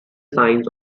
signs